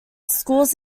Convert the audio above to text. schools